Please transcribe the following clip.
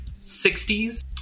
60s